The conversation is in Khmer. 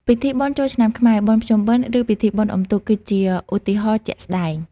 ពិធីបុណ្យចូលឆ្នាំខ្មែរ បុណ្យភ្ជុំបិណ្ឌ ឬពិធីបុណ្យអ៊ុំទូក គឺជាឧទាហរណ៍ជាក់ស្ដែង។